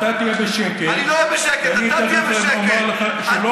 אתה עולה לדבר על חוק שהתקזזת ואתה מאפשר שהוא יעבור?